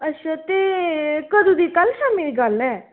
अच्छा ते कदूं दी कल्ल शामीं दी गल्ल ऐ